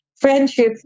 Friendship